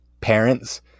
parents